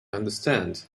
understand